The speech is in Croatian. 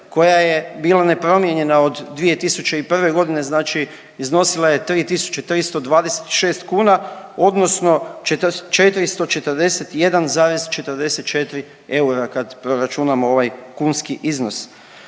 koja je bila nepromijenjena od 2001.g., znači iznosila je 3.326 kuna odnosno 441,44 eura kad preračunamo ovaj kunski iznos.